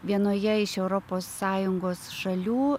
vienoje iš europos sąjungos šalių